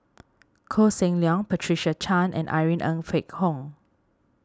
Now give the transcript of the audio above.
Koh Seng Leong Patricia Chan and Irene Ng Phek Hoong